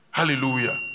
Hallelujah